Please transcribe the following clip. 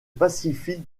pacifique